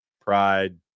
pride